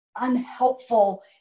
unhelpful